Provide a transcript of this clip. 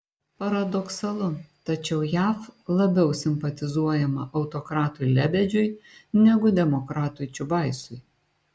paradoksalu tačiau jav labiau simpatizuojama autokratui lebedžiui negu demokratui čiubaisui